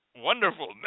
wonderful